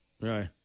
Right